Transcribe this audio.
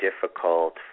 difficult